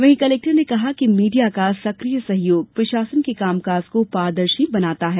वहीं कलेक्टर ने कहा कि मीडिया का सकिय सहयोग प्रशासन के कामकाज को पारदर्शी बनाता है